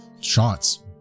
shots